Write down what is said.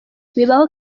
bibaho